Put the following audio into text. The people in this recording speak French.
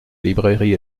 librairie